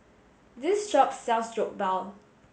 this shop sells Jokbal